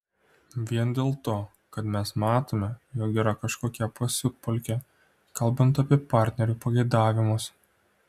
vien dėl to kad mes matome jog yra kažkokia pasiutpolkė kalbant apie partnerių pageidavimus